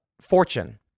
Fortune